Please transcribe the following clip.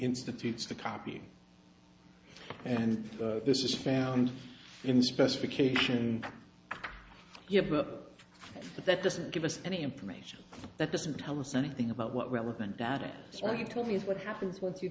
institutes the copy and this is found in specification yeah but that doesn't give us any information that doesn't tell us anything about what relevant data so he told me is what happens once you